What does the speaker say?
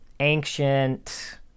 Ancient